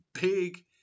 big